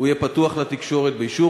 הוא יהיה פתוח לתקשורת באישור.